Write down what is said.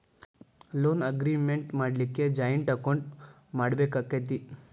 Loan agreement ಮಾಡ್ಲಿಕ್ಕೆ joint account ಮಾಡ್ಬೆಕಾಕ್ಕತೇ?